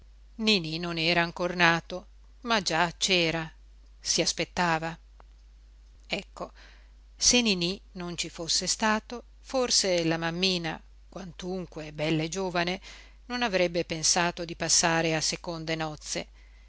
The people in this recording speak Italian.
niní non era ancor nato ma già c'era si aspettava ecco se niní non ci fosse stato forse la mammina quantunque bella e giovane non avrebbe pensato di passare a seconde nozze